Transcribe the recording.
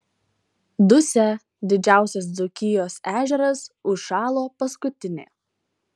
dusia didžiausias dzūkijos ežeras užšalo paskutinė